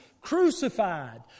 crucified